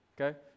Okay